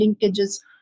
linkages